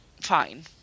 Fine